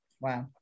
wow